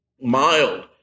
mild